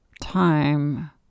time